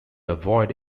avoid